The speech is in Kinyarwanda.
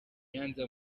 nyanza